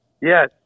Yes